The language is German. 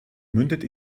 mündet